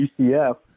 UCF